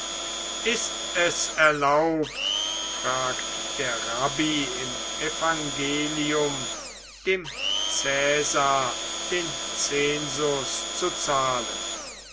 ist es erlaubt fragt der rabbi im evangelium dem caesar den zensus zu zahlen